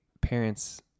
parents